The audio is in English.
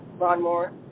lawnmower